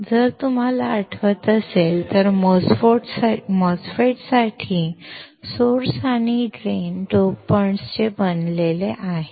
जर तुम्हाला आठवत असेल तर MOSFET साठी सोर्स आणि ड्रेन डोपेंट्सचे बनलेले आहेत